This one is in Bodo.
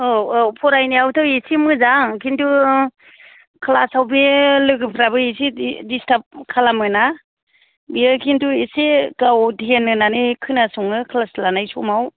औ औ फरायनायावथ' एसे मोजां खिन्थु क्लासआव बे लोगोफ्राबो एसे दि दिसथाब खालामो ना बियो खिन्थु एसे गाव ध्यान होनानै खोनासङो क्लास लानाय समाव